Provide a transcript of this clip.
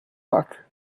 luck